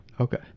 Okay